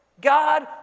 God